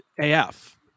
af